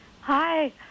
Hi